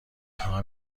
خواهم